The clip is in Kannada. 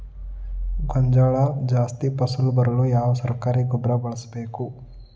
ಗೋಂಜಾಳ ಜಾಸ್ತಿ ಫಸಲು ಬರಲು ಯಾವ ಸರಕಾರಿ ಗೊಬ್ಬರ ಬಳಸಬೇಕು?